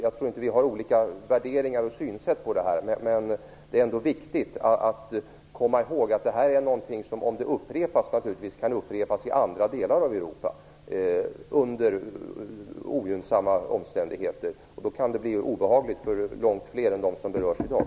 Jag tror inte att vi har olika värderingar och synsätt på detta, men det är ändå viktigt att komma ihåg att detta är någonting som naturligtvis kan upprepas i andra delar av Europa under ogynnsamma omständigheter. Då kan det bli obehagligt för långt fler än dem som berörs i dag.